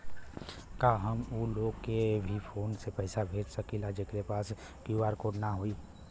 का हम ऊ लोग के भी फोन से पैसा भेज सकीला जेकरे पास क्यू.आर कोड न होई?